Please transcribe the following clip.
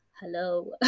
hello